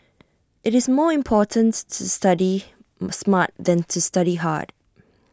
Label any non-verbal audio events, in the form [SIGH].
IT is more important to to study [HESITATION] smart than to study hard